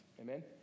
Amen